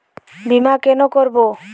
বিমা কেন করব?